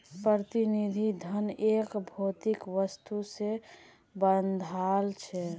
प्रतिनिधि धन एक भौतिक वस्तु से बंधाल छे